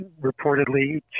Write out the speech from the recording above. reportedly